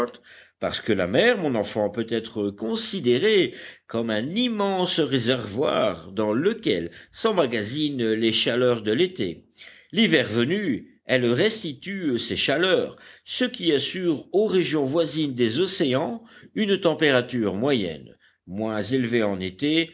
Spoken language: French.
parce que la mer mon enfant peut être considérée comme un immense réservoir dans lequel s'emmagasinent les chaleurs de l'été l'hiver venu elle restitue ces chaleurs ce qui assure aux régions voisines des océans une température moyenne moins élevée en été